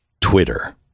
Twitter